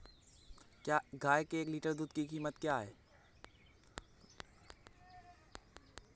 गाय के एक लीटर दूध की कीमत क्या है?